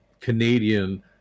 canadian